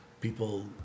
people